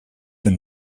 been